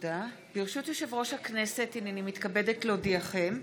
ברשות יושב-ראש הכנסת, הינני מתכבדת להודיעכם,